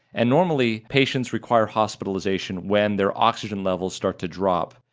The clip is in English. and normally patients require hospitalization when their oxygen levels start to drop,